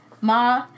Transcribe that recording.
Ma